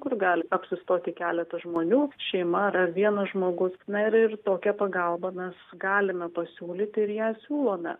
kur gali apsistoti keletas žmonių šeima yra vienas žmogus na ir ir tokią pagalbą mes galime pasiūlyti ir ją siūlome